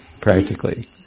practically